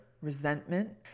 resentment